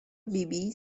بیبی